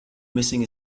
missing